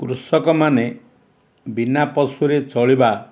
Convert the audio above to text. କୃଷକମାନେ ବିନା ପଶୁରେ ଚଳିବା